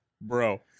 Bro